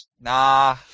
Nah